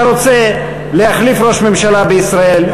אתה רוצה להחליף ראש ממשלה בישראל,